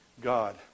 God